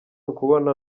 ukubona